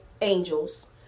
angels